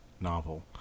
novel